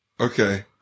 Okay